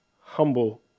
humble